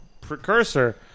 precursor